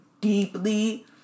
deeply